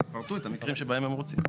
שיפרטו את המקרים שבהם הם רוצים.